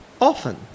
often